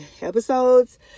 episodes